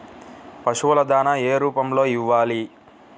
పశువుల దాణా ఏ రూపంలో ఇవ్వాలి?